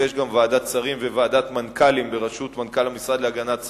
ויש גם ועדת שרים וועדת מנכ"לים בראשות המנכ"ל להגנת הסביבה,